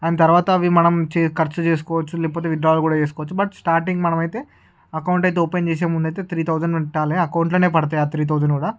దాని తర్వాత అవి మనం చే ఖర్చు చేసుకోవచ్చు లేకపోతే విత్డ్రా కూడా చేసుకోవచ్చు బట్ స్టార్టింగ్ మనమైతే అకౌంట్ అయితే ఓపెన్ చేసే ముందైతే త్రీ థౌసండ్ పెట్టాలి అకౌంట్లోనే పడతాయి ఆ త్రీ థౌసండ్ కూడా